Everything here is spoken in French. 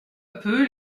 peu